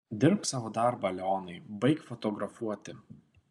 dirbk savo darbą leonai baik fotografuoti